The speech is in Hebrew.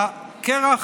בכרך